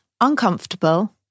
uncomfortable